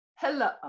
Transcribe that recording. hello